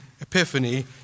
Epiphany